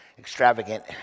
extravagant